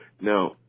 Now